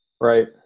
Right